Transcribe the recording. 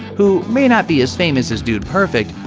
who may not be as famous as dude perfect,